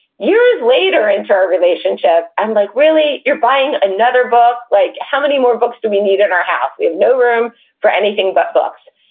years later into our relationship, i'm like, really, you're buying another book? like how many more books do we need in our house? we have no room for anything but books.